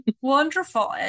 wonderful